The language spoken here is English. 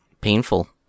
Painful